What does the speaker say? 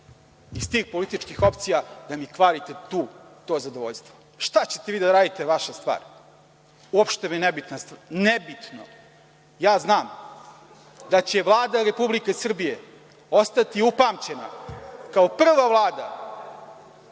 iz tih političkih opcija da mi kvarite to zadovoljstvo. Šta ćete vi da radite je vaša stvar. Uopšte mi je nebitno, ja znam da će Vlada Republike Srbije ostati upamćena kao prva Vlada